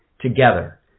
Together